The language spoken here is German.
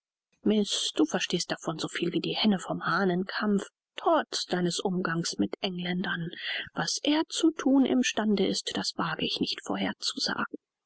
miß du verstehst davon so viel wie die henne vom hahnenkampf trotz deines umgangs mit engländern was er zu thun im stande ist das wag ich nicht vorherzusagen